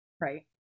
Right